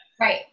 Right